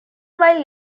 while